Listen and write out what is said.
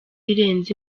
irenze